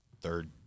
third